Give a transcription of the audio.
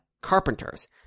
carpenters